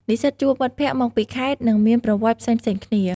និស្សិតជួបមិត្តភ័ក្តិមកពីខេត្ត និងមានប្រវត្តិផ្សេងៗគ្នា។